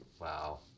Wow